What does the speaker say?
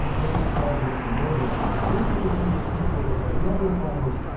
they will charge you a conversion fee. just to confuse people that are not in finance,